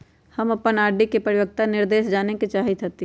हम अपन आर.डी के परिपक्वता निर्देश जाने के चाहईत हती